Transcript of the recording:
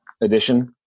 edition